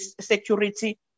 security